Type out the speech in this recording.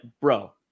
bro